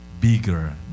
bigger